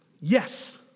yes